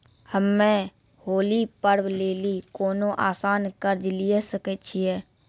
हम्मय होली पर्व लेली कोनो आसान कर्ज लिये सकय छियै?